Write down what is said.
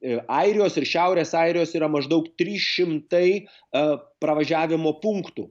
airijos ir šiaurės airijos yra maždaug trys šimtai pravažiavimo punktų